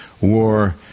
war